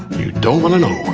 you don't want to know